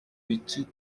petite